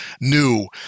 new